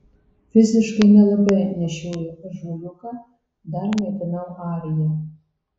fiziškai nelabai nešiojau ąžuoliuką dar maitinau ariją